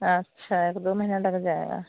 अच्छा एक दो महीना लग जाएगा